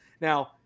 Now